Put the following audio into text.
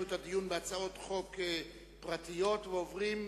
אני קובע שהצעת חוק בתי-דין דתיים (יחידות סיוע),